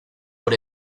por